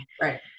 right